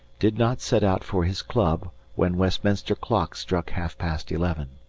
did not set out for his club when westminster clock struck half-past eleven.